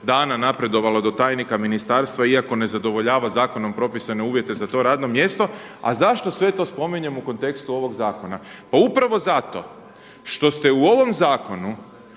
dana napredovala do tajnika ministarstva iako ne zadovoljava zakonom propisane uvjete za to radno mjesto. A zašto sve to spominjem u kontekstu ovog zakona? Pa upravo zato što ste u ovom zakonu